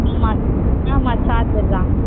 ஆமாம் ச ஆமாம் சார்ஜர் தான்